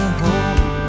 home